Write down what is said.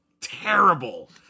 terrible